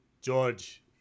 George